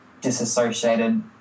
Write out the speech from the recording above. disassociated